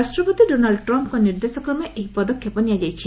ରାଷ୍ଟ୍ରପତି ଡୋନାଲ୍ଡ୍ ଟ୍ରମ୍ଫ୍ଙ୍କ ନିର୍ଦ୍ଦେଶକ୍ରମେ ଏହି ପଦକ୍ଷେପ ନିଆଯାଇଛି